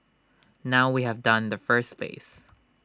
now we have done the first phase